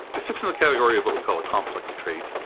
it fits in the category of what we call a complex trait.